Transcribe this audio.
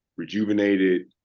Rejuvenated